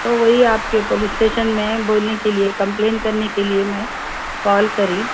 تو وہی آپ کے پولیس اسٹیشن میں بولنے کے لیے کمپلین کرنے کے لیے میں کال کری